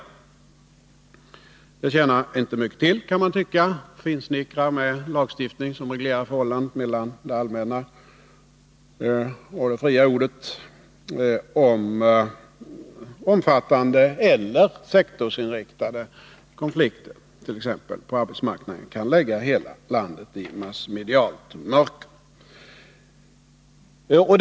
Man kan tycka att det inte tjänar mycket till att finsnickra med en lagstiftning som reglerar förhållandet mellan det allmänna och det fria ordet, om omfattande eller sektorsinriktade konflikter på t.ex. arbetsmarknaden kan lägga hela landet i massmedialt mörker.